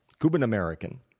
Cuban-American